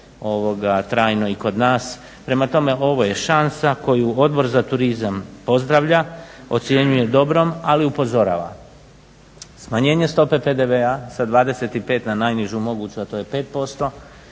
brodove trajno i kod nas. Prema tome ovo je šansa koju Odbor za turizam pozdravlja, ocjenjuje dobrom ali upozorava smanjenje stope PDV-a sa 25 na najnižu moguću a to je 5%